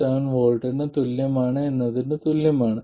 7 V ന് തുല്യമാണ് എന്നതിന് തുല്യമാണ്